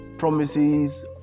promises